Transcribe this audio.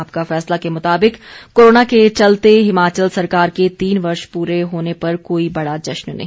आपका फैसला के मुताबिक कोरोना के चलते हिमाचल सरकार के तीन वर्ष पूरे होने पर कोई बड़ा जश्न नहीं